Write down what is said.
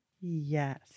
Yes